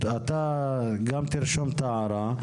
אתה גם תרשום את הערה,